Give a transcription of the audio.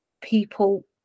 people